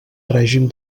règim